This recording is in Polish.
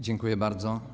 Dziękuję bardzo.